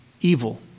evil